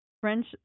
French